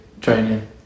training